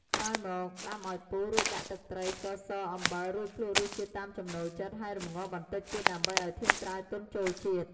ក្រោយមក ដាំឱ្យពុះ រួចដាក់ទឹកត្រី ស្ករស អំបិល រួចភ្លក្សរសជាតិតាមចំណូលចិត្ត ហើយរម្ងាស់បន្តិចទៀត ដើម្បីឱ្យធាងត្រាវទន់ចូលជាតិ។